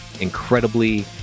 incredibly